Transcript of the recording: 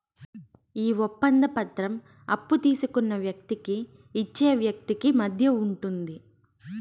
ఈ ఒప్పంద పత్రం అప్పు తీసుకున్న వ్యక్తికి ఇచ్చే వ్యక్తికి మధ్య ఉంటుంది